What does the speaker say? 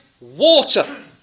water